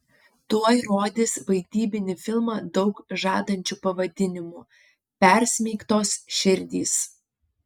tuoj rodys vaidybinį filmą daug žadančiu pavadinimu persmeigtos širdys